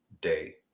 day